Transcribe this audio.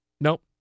Nope